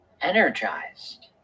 energized